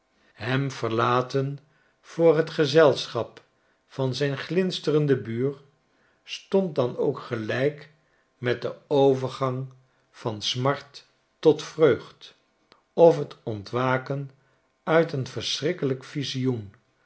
hem verlaten voor t gezelschap van zijn glinsterenden buur stond dan ook gelijk met den overgang van smart tot vreugd of het ontwaken uit een verschrikkelijk visioen